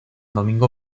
domingo